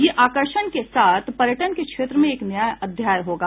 यह आकर्षण के साथ पर्यटन के क्षेत्र में नया अध्याय होगा